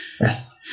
Yes